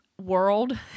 world